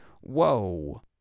Whoa